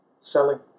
selling